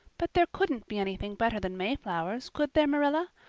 but there couldn't be anything better than mayflowers, could there, marilla?